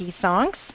songs